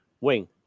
wing